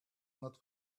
not